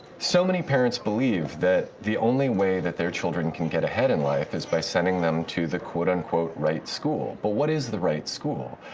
so many parents believe that the only way that their children can get ahead in life is by sending them to the quote, unquote, right school but what is the right school?